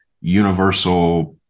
universal